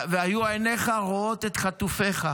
והיו עינך רואות את חטופיך,